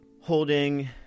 holding